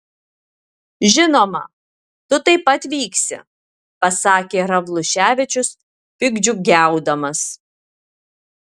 žinoma tu taip pat vyksi pasakė ravluševičius piktdžiugiaudamas